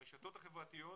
הרשתות החברתיות,